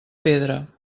pedra